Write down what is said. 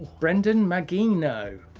brendan mageeno.